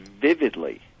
vividly